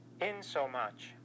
insomuch